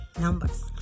numbers